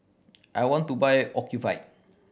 I want to buy Ocuvite